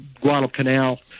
Guadalcanal